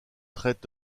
traite